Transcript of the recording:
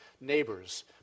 neighbors